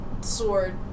sword